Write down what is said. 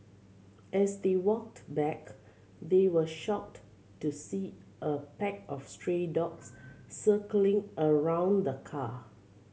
as they walked back they were shocked to see a pack of stray dogs circling around the car